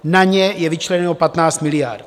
Na ně je vyčleněno 15 miliard.